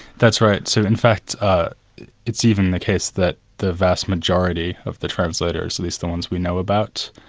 that's right. so in fact it's even the case that the vast majority of the translators, at least the ones we know about,